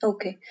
Okay